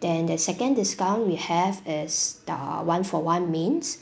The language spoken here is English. then the second discount we have is the one for one mains